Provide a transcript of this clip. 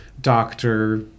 doctor